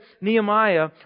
Nehemiah